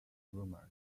rumors